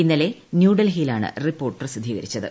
ഇന്നലെ ന്യൂഡൽഹിയിലാണ് റിപ്പോർട്ട് പ്രസിദ്ധീകരിച്ചത്